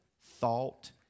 thought